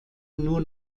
nur